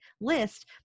list